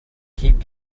keep